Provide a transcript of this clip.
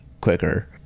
quicker